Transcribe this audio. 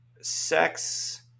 Sex